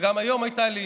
וגם היום הייתה לי